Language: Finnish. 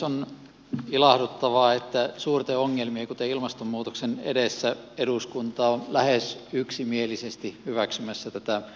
on ilahduttavaa että suurten ongelmien kuten ilmastonmuutoksen edessä eduskunta on lähes yksimielisesti hyväksymässä tätä ilmastolakia